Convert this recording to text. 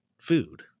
food